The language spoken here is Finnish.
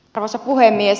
arvoisa puhemies